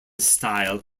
style